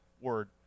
word